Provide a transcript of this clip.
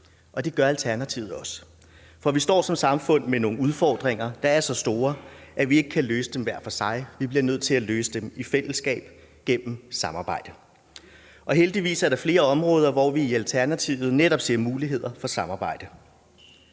Det gør Alternativet også. For vi står som samfund med nogle udfordringer, der er så store, at vi ikke kan løse dem hver for sig, vi bliver nødt til at løse dem i fællesskab gennem samarbejde. Og heldigvis er der flere områder, hvor vi i Alternativet netop ser muligheder for samarbejde.